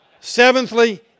Seventhly